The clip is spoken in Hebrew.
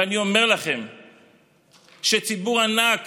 ואני אומר לכם שציבור ענק